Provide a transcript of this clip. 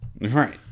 Right